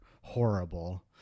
horrible